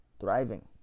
thriving